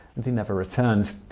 and he never returned.